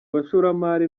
bashoramari